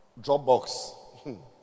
dropbox